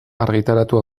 argitaratu